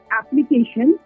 application